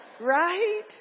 right